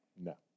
No